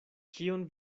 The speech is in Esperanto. kion